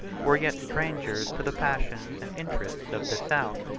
were yet strangers to the passions and interests of the south.